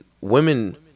women